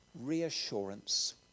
reassurance